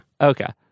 Okay